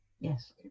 yes